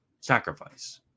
sacrifice